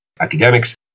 academics